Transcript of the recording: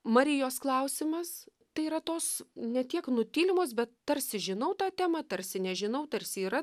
marijos klausimas tai yra tos ne tiek nutylimos bet tarsi žinau tą temą tarsi nežinau tarsi yra